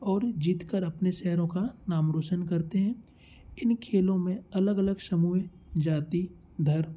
और जीत कर अपने शहरों का नाम रोशन करते हैं इन खेलों में अलग अलग सामूह जाति धर्म